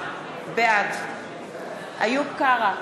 בעד איוב קרא,